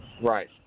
Right